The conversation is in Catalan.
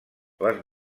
les